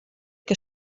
que